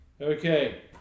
Okay